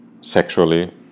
sexually